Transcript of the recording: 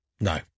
No